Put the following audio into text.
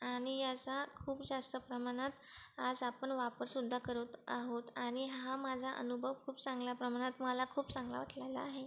आणि असा खूप जास्त प्रमाणात आज आपण वापरसुद्धा करत आहोत आणि हा माझा अनुभव खूप चांगला प्रमाणात मला खूप चांगला वाटलेला आहे